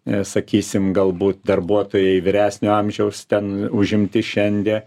sakysim galbūt darbuotojai vyresnio amžiaus ten užimti šiandie